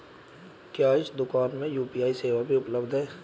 क्या इस दूकान में यू.पी.आई सेवा भी उपलब्ध है?